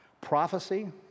Prophecy